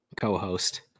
co-host